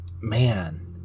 man